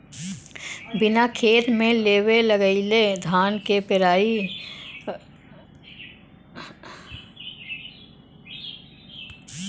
बिना खेत में लेव लगइले धान के रोपाई कईसे होई